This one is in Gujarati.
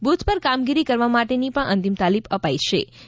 બુથ પર કામગીરી કરવા માટેની પણ અંતિમ તાલીમ આપવામા આવીછે